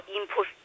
Input